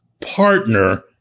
partner